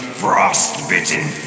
frost-bitten